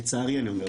לצערי אני אומר,